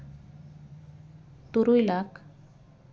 ᱛᱩᱨᱩᱭ ᱞᱟᱠᱷ